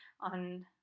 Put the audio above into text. on